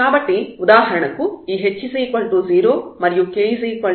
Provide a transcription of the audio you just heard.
కాబట్టి ఉదాహరణకు ఈ h 0 మరియు k 0 గా తీసుకుందాం